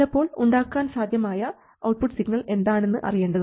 ചിലപ്പോൾ ഉണ്ടാക്കാൻ സാധ്യമായ ഔട്ട്പുട്ട് സിഗ്നൽ എന്താണെന്ന് അറിയേണ്ടതുണ്ട്